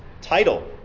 title